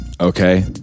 Okay